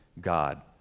God